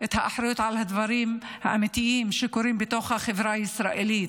האחריות על הדברים האמיתיים שקורים בתוך החברה הישראלית,